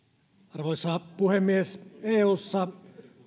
arvoisa puhemies eussa